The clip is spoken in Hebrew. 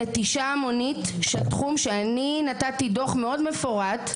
נטישה המונית של תחום שאני נתתי דוח מאוד מפורט,